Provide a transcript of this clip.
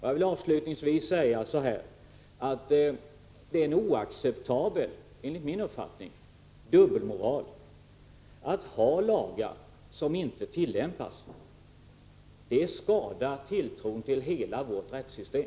Jag vill avslutningsvis säga att det enligt min uppfattning är en oacceptabel dubbelmoral att ha lagar som inte tillämpas. Det skadar tilltron till hela vårt rättssystem.